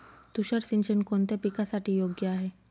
तुषार सिंचन कोणत्या पिकासाठी योग्य आहे?